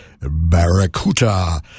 Barracuda